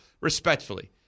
Respectfully